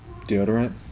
Deodorant